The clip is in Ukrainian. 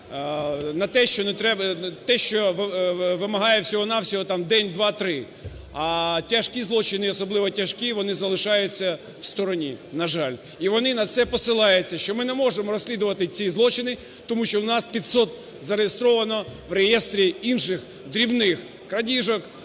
те, що вимагає всього-на-всього, там, день, два, три. А тяжкі злочини і особливо тяжкі, вони залишаються в стороні, на жаль. І вони на це посилаються, що ми не можемо розслідувати ці злочини, тому що в нас 500 зареєстровано в реєстрі інших дрібних крадіжок,